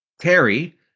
Terry